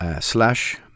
slash